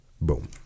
Boom